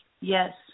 Yes